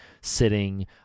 sitting